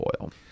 oil